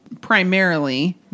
primarily